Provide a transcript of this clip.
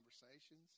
conversations